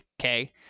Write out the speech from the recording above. okay